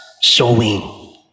showing